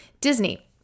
Disney